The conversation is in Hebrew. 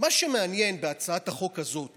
שמעניין בהצעת החוק הזאת